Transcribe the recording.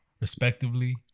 respectively